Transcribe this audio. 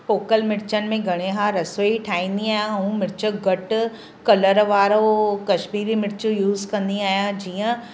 पौकल मिर्चनि में घणे हारु रसोई ठाहींदी आहियां ऐं मिर्च घटि कलर वारो कशमीरी मिर्च यूज़ कंदी आहियां जीअं